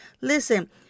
Listen